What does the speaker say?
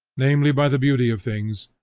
namely by the beauty of things,